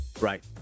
Right